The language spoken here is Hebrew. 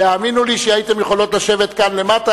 והאמינו לי שהייתן יכולות לשבת כאן למטה